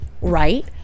right